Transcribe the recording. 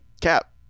cap